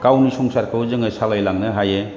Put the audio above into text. गावनि संसारखौ जोङो सालायलांनो हायो